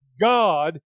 god